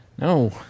No